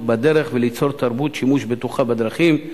בדרך וליצור תרבות שימוש בטוחה בדרכים,